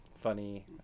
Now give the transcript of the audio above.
funny